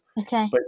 Okay